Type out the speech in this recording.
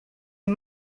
est